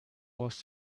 was